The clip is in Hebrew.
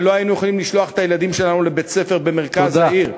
שלא היינו יכולים לשלוח את הילדים שלנו לבית-ספר במרכז העיר.